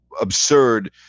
absurd